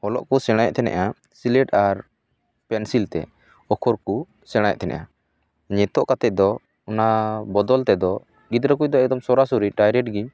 ᱚᱞᱚᱜ ᱠᱚ ᱥᱮᱬᱟᱭᱮᱫ ᱛᱟᱦᱮᱱᱟ ᱥᱤᱞᱮᱴ ᱟᱨ ᱯᱮᱹᱱᱥᱤᱞ ᱛᱮ ᱚᱠᱷᱚᱨ ᱠᱚ ᱥᱮᱬᱟᱭᱮᱫ ᱛᱟᱦᱮᱱᱟ ᱱᱤᱛᱳᱜ ᱠᱟᱛᱮᱫ ᱫᱚ ᱚᱱᱟ ᱵᱚᱫᱚᱞ ᱛᱮᱫᱚ ᱜᱤᱫᱽᱨᱟᱹ ᱠᱚᱫᱚ ᱮᱠᱫᱚᱢ ᱥᱚᱨᱟ ᱥᱚᱨᱤ ᱰᱟᱭᱨᱮᱴ ᱜᱮ